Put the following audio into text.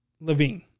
Levine